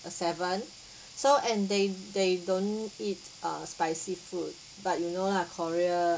uh seven so and they they don't eat uh spicy food but you know lah korea